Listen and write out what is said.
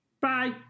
Bye